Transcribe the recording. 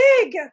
big